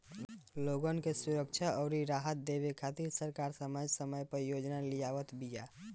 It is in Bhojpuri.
लोगन के सुरक्षा अउरी राहत देवे खातिर सरकार समय समय पअ योजना लियावत बिया